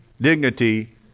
dignity